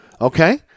okay